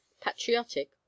patriotic